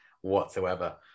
whatsoever